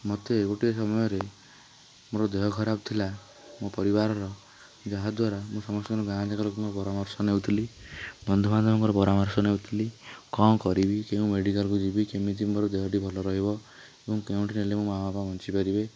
ମୋତେ ଗୋଟିଏ ସମୟରେ ମୋର ଦେହ ଖରାପ ଥିଲା ମୋ ପରିବାରର ଯାହାଦ୍ୱାରା ମୁଁ ସମସ୍ତଙ୍କର ଗାଁ ନିଜ ଲୋକଙ୍କର ପରାମର୍ଶ ନେଉଥିଲି ବନ୍ଧୁ ବାନ୍ଧବଙ୍କର ପରାମର୍ଶ ନେଉଥିଲି କଣ କରିବି କେଉଁ ମେଡ଼ିକାଲକୁ ଯିବି କେମିତି ମୋର ଦେହଟି ଭଲ ରହିବ ଏବଂ କେଉଁଠି ନେଲେ ମୋ' ମାଁ ବାପା ବଞ୍ଚିପାରିବେ